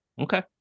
Okay